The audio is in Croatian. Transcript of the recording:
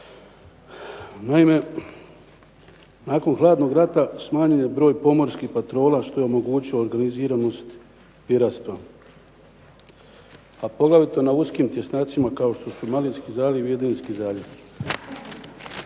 Naime, nakon hladnog rata smanjen je broj pomorskih patrola što je omogućilo organiziranost piratstva, a poglavito na uskim tjesnacima kao što su Malijski zaljev i Adenski zaljev.